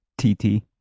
TT